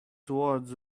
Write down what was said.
towards